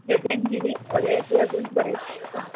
गगनगिरी वगैरे असे अजून बरेच स्पॉट्स आहे